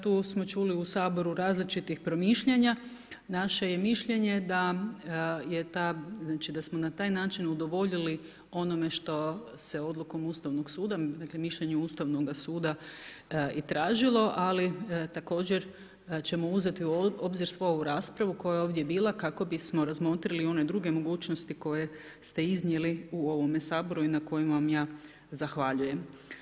Tu smo čuli u Saboru različitih promišljanja, naše mišljenje je da je ta, da smo na taj način udovoljili onome što se odlukom Ustavnog suda, dakle, mišljenje Ustavnoga suda i tražilo ali također ćemo uzeti u obzir i svu ovu raspravu koja je ovdje bila kako bi smo razmotrili one druge mogućnosti koje ste iznijeli u ovome Saboru i na kojima vam ja zahvaljujem.